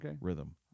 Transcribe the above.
rhythm